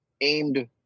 aimed